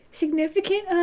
significant